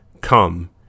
come